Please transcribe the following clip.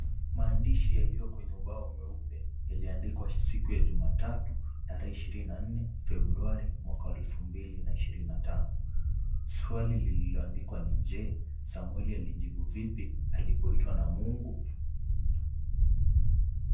Maandishi yaliyo kwenye ubao mweupe yaliandikwa siku ya Jumatatu tarehe ishirini na nne Februari mwaka wa elfu mbili na ishirini na tano. Swali lililoandikwa ni je? Samueli alijibu vipi alipoitwa na mungu.